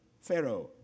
Pharaoh